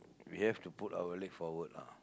we have to put our leg forward lah